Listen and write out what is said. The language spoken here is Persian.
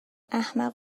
احمق